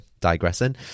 digressing